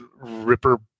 ripper